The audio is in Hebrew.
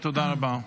תודה רבה.